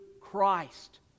Christ